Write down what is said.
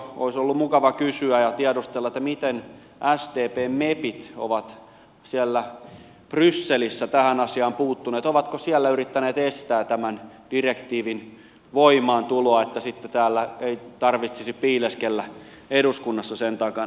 olisi ollut mukava kysyä ja tiedustella miten sdpn mepit ovat siellä brysselissä tähän asiaan puuttuneet ovatko siellä yrittäneet estää tämän direktiivin voimaantuloa niin että sitten täällä ei tarvitsisi piileskellä eduskunnassa sen takana